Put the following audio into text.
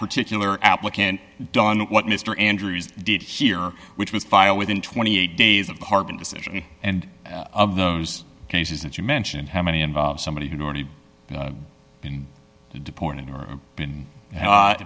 particular applicant done what mr andrews did here which was filed within twenty eight days of the pardon decision and of those cases that you mentioned how many involve somebody who's already been deported or been a